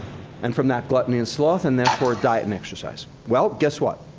and from that, gluttony and sloth, and then for diet and exercise. well, guess what?